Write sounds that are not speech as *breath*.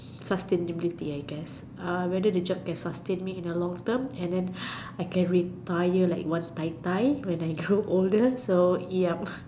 sustainability I guess uh whether the job can sustain me in the long term and then *breath* I can retire like one Tai-Tai when I grow older so yup